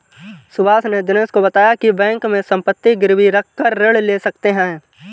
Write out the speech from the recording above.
सुभाष ने दिनेश को बताया की बैंक में संपत्ति गिरवी रखकर ऋण ले सकते हैं